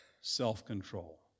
self-control